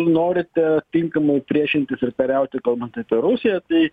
norite tinkamai priešintis ir kariauti kalbant apie rusiją tai